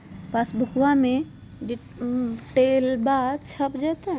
पासबुका में डिटेल्बा छप जयते?